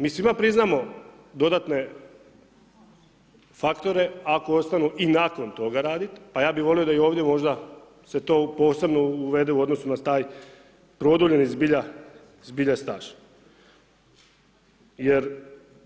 Mi svima priznamo dodatne faktore ako ostanu i nakon toga raditi, pa ja bi volio da i ovdje možda se to posebno uvede u odnosu na taj produljeni zbilja staž jer